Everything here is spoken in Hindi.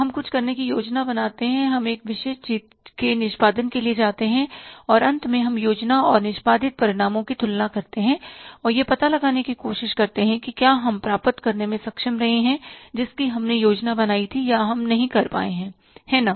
हम कुछ करने की योजना बनाते हैं हम एक विशेष चीज के निष्पादन के लिए जाते हैं और अंत में हम योजना और निष्पादित परिणामों की तुलना करते हैं और यह पता लगाने की कोशिश करते हैं कि क्या हम प्राप्त करने में सक्षम रहे हैं जिसकी हमने योजना बनाई थी या हम नहीं कर पाए हैं है ना